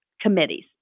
committees